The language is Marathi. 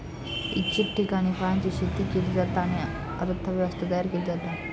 इच्छित ठिकाणी फळांची शेती केली जाता आणि अर्थ व्यवस्था तयार केली जाता